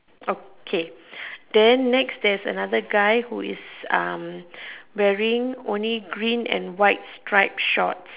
okay then next there's another guy who is um wearing only green and white stripe shorts